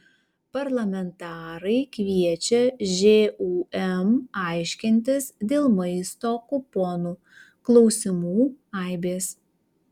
parlamentarai kviečia žūm aiškintis dėl maisto kuponų klausimų aibės